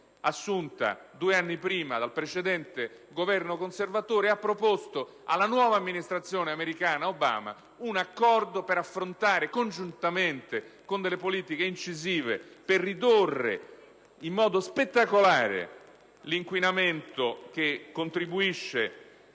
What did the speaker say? assunta due anni prima dal precedente Governo conservatore ed ha proposto alla nuova amministrazione americana Obama un accordo per affrontare congiuntamente, con delle politiche incisive per ridurlo in modo spettacolare, l'inquinamento che contribuisce